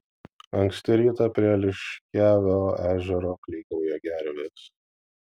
anksti rytą prie liškiavio ežero klykauja gervės